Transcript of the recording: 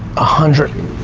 ah hundred,